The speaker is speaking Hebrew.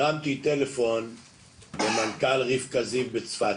הרמתי טלפון למנכ"ל בית החולים רבקה זיו בצפת,